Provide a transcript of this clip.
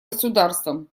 государством